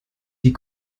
die